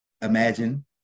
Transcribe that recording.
imagine